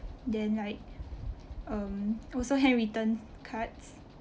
then like um also handwritten cards